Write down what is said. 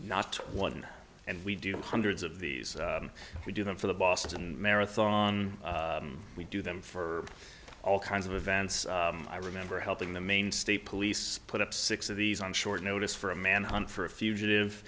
not one and we do hundreds of these we do them for the boston marathon we do them for all kinds of events i remember helping the maine state police put up six of these on short notice for a manhunt for a fugitive